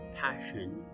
passion